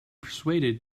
persuaded